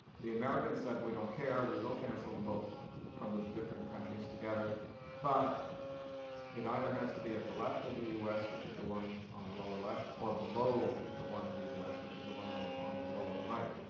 the americans said we don't care. we will cancel them both from the different countries together but it either has to be at the left of the us which is the one on the lower left or below the one in the us which is the one ah on the lower right.